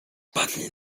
wpadli